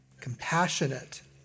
compassionate